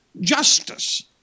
justice